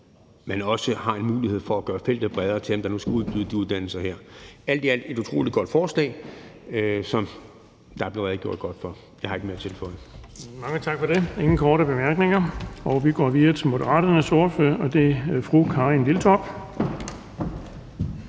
man også har mulighed for at gøre feltet bredere for dem, der nu skal udbyde de uddannelser her. Alt i alt er det et utrolig godt forslag, som der er blevet redegjort godt for. Jeg har ikke mere at tilføje. Kl. 16:49 Den fg. formand (Erling Bonnesen): Tak for det. Der er ingen korte bemærkninger, og vi går videre til Moderaternes ordfører. Det er fru Karin Liltorp.